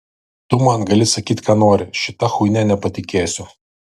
tu man gali sakyt ką nori šita chuinia nepatikėsiu